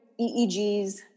EEGs